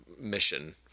mission